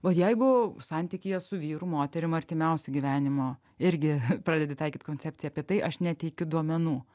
o jeigu santykyje su vyru moterim artimiausi gyvenimo irgi pradedi taikyt koncepciją apie tai aš neteikiu duomenų